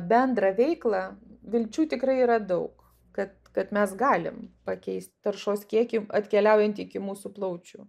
bendrą veiklą vilčių tikrai yra daug kad kad mes galim pakeisti taršos kiekį atkeliaujantį iki mūsų plaučių